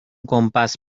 compás